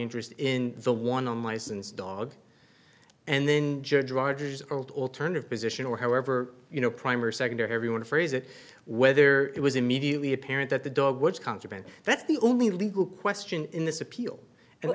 interest in the one on licensed dog and then judge rogers old alternative position or however you know prime or second to everyone phrase it whether it was immediately apparent that the dog was contraband that's the only legal question in this appeal and